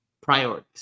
priorities